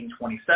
1927